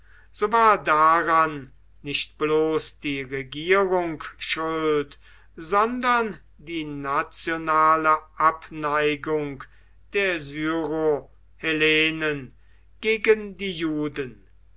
so war daran nicht bloß die regierung schuld sondern die nationale abneigung der syrohellenen gegen die juden